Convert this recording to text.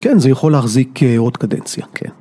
כן, זה יכול להחזיק עוד קדנציה, כן.